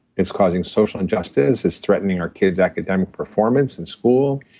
it's causing social injustice. it's threatening our kids' academic performance in school,